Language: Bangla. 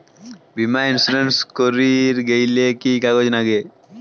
বীমা ইন্সুরেন্স করির গেইলে কি কি কাগজ নাগে?